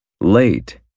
Late